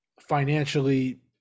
financially